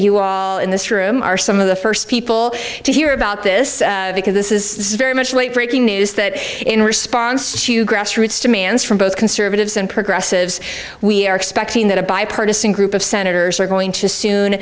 you all in this room are some of the first people to hear about this because this is very much a late breaking news that in response to grassroots demands from both conservatives and progressives we are expecting that a bipartisan group of senators are going to soon